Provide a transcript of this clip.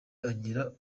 agira